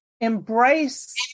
embrace